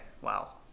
Wow